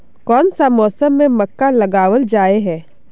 कोन सा मौसम में मक्का लगावल जाय है?